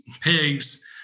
pigs